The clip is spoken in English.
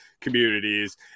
communities